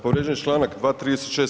Povrijeđen je članak 236.